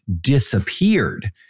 disappeared